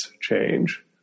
change